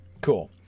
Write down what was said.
cool